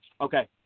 Okay